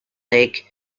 lake